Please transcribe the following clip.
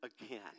again